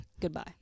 Goodbye